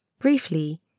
Briefly